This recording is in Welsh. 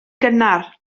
gynnar